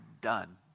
done